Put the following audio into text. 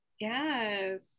Yes